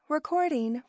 Recording